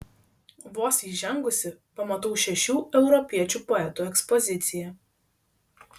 vos įžengusi pamatau šešių europiečių poetų ekspoziciją